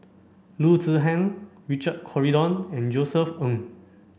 Loo Zihan Richard Corridon and Josef Ng